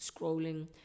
scrolling